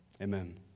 Amen